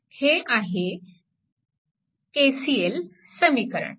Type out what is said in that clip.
हे आहे KCL समीकरण